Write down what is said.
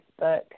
Facebook